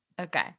Okay